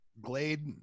Glade